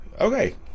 okay